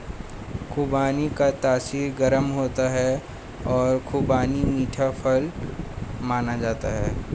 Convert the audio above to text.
खुबानी का तासीर गर्म होता है और खुबानी मीठा फल माना जाता है